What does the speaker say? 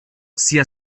sia